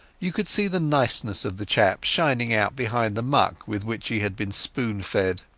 you could see the niceness of the chap shining out behind the muck with which he had been spoon-fed.